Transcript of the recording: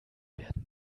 werden